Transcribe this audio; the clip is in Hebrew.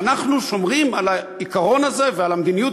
ואנחנו שומרים על העיקרון הזה ועל המדיניות